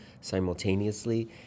simultaneously